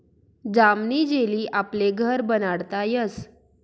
जामनी जेली आपले घर बनाडता यस